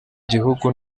gihugu